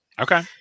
Okay